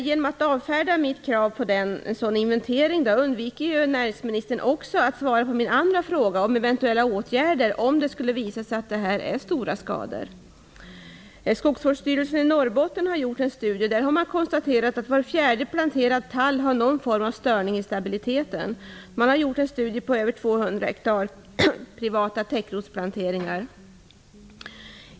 Genom att avfärda mitt krav på en sådan inventering undviker näringsministern att svara på min andra fråga om eventuella åtgärder om det skulle visa sig att det är stora skador. Skogsvårdsstyrelsen i Norrbotten har gjort en studie där man konstaterat att var fjärde planterad tall har någon form av störning i stabiliteten. Man har gjort en studie omfattande över 200 hektar privata täckrotsplanteringar.